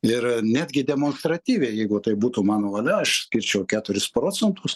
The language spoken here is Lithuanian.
ir netgi demonstratyviai jeigu tai būtų mano valia aš skirčiau keturis procentus